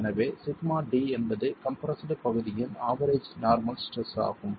எனவே σd என்பது கம்ப்ரெஸ்டு பகுதியின் ஆவெரேஜ் நார்மல் ஸ்ட்ரெஸ் ஆகும்